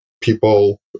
people